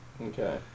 Okay